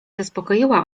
zaspokoiła